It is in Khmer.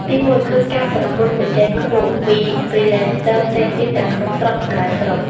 ទីមួយ គឺ ការប្រកួតប្រជែងខ្ពស់ ពី Freelancers ផ្សេងទៀតទាំងក្នុងស្រុក និងក្រៅស្រុក។